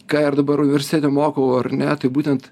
ką ir dabar universitete mokau ar ne taip būtent